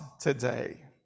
today